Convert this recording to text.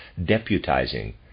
deputizing